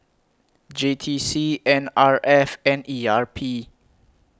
J T C N R F and E R P